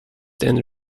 then